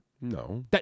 No